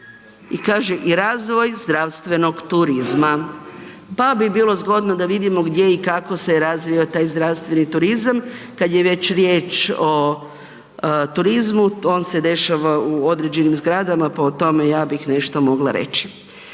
i kaže razvoj zdravstvenog turizma, pa bi bilo zgodno da vidimo gdje i kako se je razvio taj zdravstveni turizam kad je već riječ o turizmu, on se dešava u određenim zgradama, pa o tome ja bih nešto mogla reći.